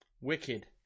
Wicked